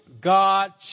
God